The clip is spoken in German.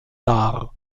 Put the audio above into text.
dar